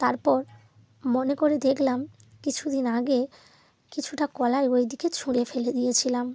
তারপর মনে করে দেকলাম কিছুদিন আগে কিছুটা কলাই ওই দিকে ছুঁড়ে ফেলে দিয়েছিলাম